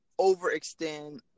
overextend